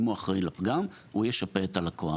אם הוא אחראי לפגם הוא ישפה את הלקוח.